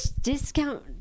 discount